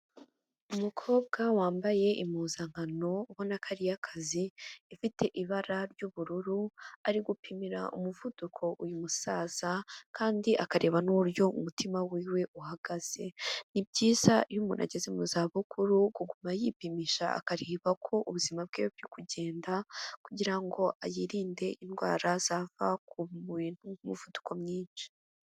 Umukobwa wambaye impuzankano ubona ko ari iy'akazi, ifite ibara ry'ubururu ari gupimira umuvuduko uyu musaza kandi akareba n'uburyo umutima w'iwe uhagaze. Ni byiza iyo umuntu ageze mu za bukuru kuguma yipimisha akareba ko ubuzima bwe buri kugenda kugira ngo yirinde indwara zava ku muvuduko mwinshi.